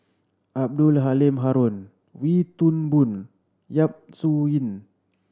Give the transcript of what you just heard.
Abdul Halim Haron Wee Toon Boon Yap Su Yin